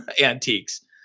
antiques